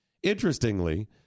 Interestingly